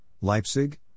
Leipzig